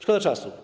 Szkoda czasu.